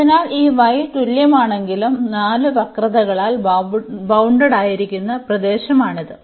അതിനാൽ ഈ y തുല്യമാണെങ്കിലും നാല് വക്രതകളാൽ ബൌണ്ടഡായിരിക്കുന്ന പ്രദേശമാണിത്